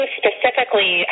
specifically